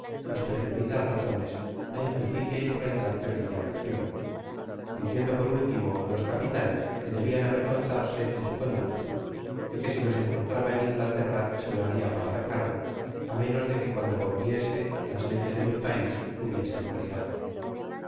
las pretendidas razones la injusticia y crueldad de aquella accion diciendo por último á los capitanes que debian avergonzarse de su conducta y que si los encontraba en inglaterra se lo haria pagar caro á menos de que cuando volviese las leyes de mi pais hubiesen variado